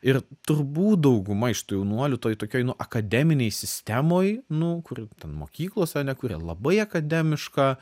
ir turbūt dauguma iš tų jaunuolių toj tokioj du akademinėj sistemoj nu kur ten mokyklose ane kuri labai akademiška